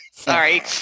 Sorry